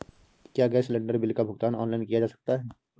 क्या gas cylinder bill का भुगतान ऑनलाइन किया जा सकता है?